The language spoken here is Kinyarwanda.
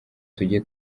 tujye